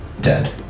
dead